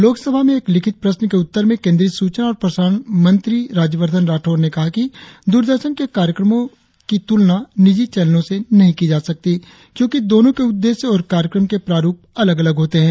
लोकसभा में एक लिखित प्रश्न के उत्तर में केंद्रीय सूचना और प्रसारण मंत्री राज्यबर्धन राठौड़ ने कहा कि द्ररदर्शन के कार्यक्रमों के तुलना निजी चैनलों से नही की जा सकती क्योंकि दोनों के उद्देश्य और कार्यक्रम के प्रारुप अलग अलग होते है